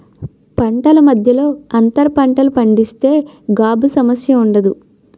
పంటల మధ్యలో అంతర పంటలు పండిస్తే గాబు సమస్య ఉండదు